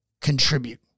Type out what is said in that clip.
contribute